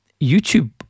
YouTube